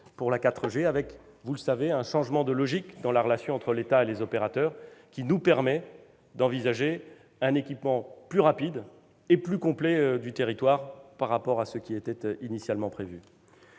pour la 4G avec, vous le savez, un changement de logique dans la relation entre l'État et les opérateurs, qui nous permet d'envisager un équipement plus rapide et plus complet du territoire par rapport à ce qui était initialement prévu.